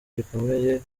gikomeye